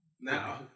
Now